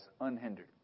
unhindered